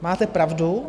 Máte pravdu.